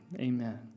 amen